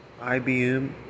IBM